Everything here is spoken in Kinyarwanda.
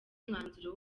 umwanzuro